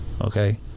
Okay